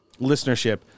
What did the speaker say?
listenership